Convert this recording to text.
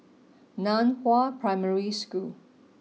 Nan Hua Primary School